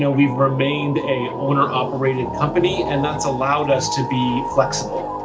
yeah we've remained a owner-operated company, and that's allowed us to be flexible.